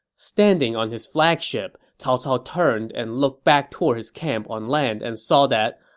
standing on his flagship, cao cao turned and looked back toward his camp on land and saw that,